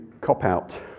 cop-out